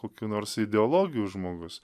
okių nors ideologijų žmogus